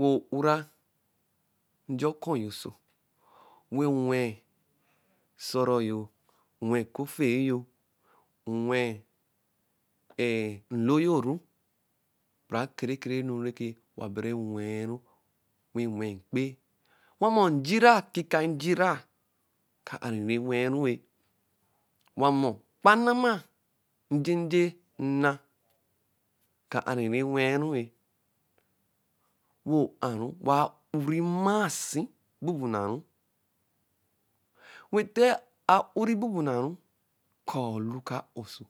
Wɛ oura nja ɔkɔ yo oso; wɛ owɛ esɔru yo, owɛ okofe yo, owɛ err nlo yo ru bara ekere ekere enu nɛkɛ owa bɔru e-wenru wɛ ɛwen mkpikpe-e. Owamɔ njirakikai njira ka aru e-wenru-e. Owamɔ, kpa nama njeje nna ka ariru e-wenru-e Wɛ o’aru a-uri mmasi bubunaru. Wɛ tɛ a-uri bubunaru, aakaa olu ka a-oso,